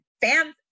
fans